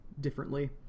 differently